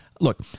look